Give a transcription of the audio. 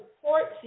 supports